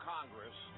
Congress